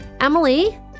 Emily